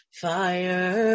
fire